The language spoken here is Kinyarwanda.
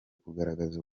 kugaragaza